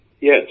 Yes